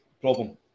problem